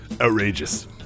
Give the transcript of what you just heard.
Outrageous